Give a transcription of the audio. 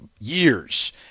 years